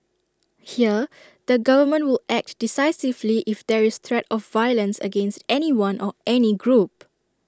here the government will act decisively if there is threat of violence against anyone or any group